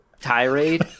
tirade